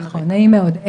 נעים מאוד,